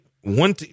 one